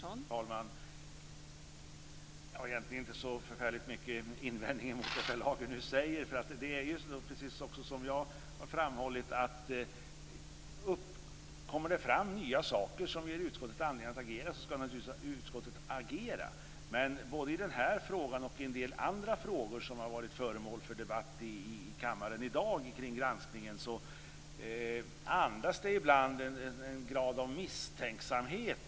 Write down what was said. Fru talman! Jag har egentligen inte så förfärligt många invändningar mot det Per Lager nu säger. Det är ju så, som också jag har framhållit, att utskottet naturligtvis skall agera om det kommer fram nya saker som ger utskottet anledning att agera. Men både när det gäller denna fråga och en del andra frågor som har varit föremål för debatt i kammaren i dag kring granskningen andas det ibland en grad av misstänksamhet.